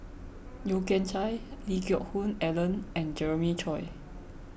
Yeo Kian Chye Lee Geck Hoon Ellen and Jeremiah Choy